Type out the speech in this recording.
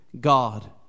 God